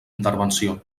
intervenció